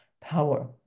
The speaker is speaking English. power